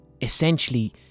Essentially